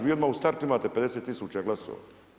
Vi odmah u startu imate 50000 glasova.